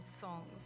songs